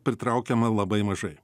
pritraukiama labai mažai